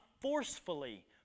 forcefully